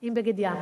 עם בגד-ים.